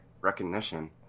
recognition